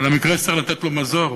של המקרה שצריך לתת לו מזור,